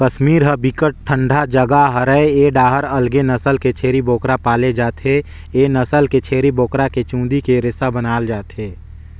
कस्मीर ह बिकट ठंडा जघा हरय ए डाहर अलगे नसल के छेरी बोकरा पाले जाथे, ए नसल के छेरी बोकरा के चूंदी के रेसा बनाल जाथे